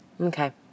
Okay